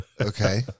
Okay